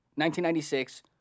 1996